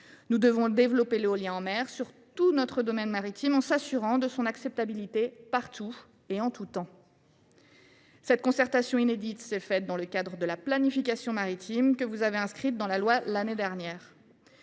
Nous devons développer l’éolien en mer sur l’ensemble de notre domaine maritime en nous assurant de son acceptabilité partout et en tout temps. Cette concertation inédite s’est déroulée dans le cadre de la planification maritime que vous avez inscrite dans la loi l’année dernière.